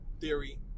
theory